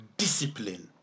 discipline